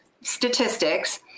statistics